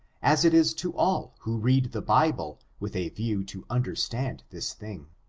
as it is to all who read the bible with a view to un derstand this thing.